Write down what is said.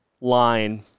line